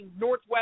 Northwest